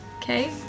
Okay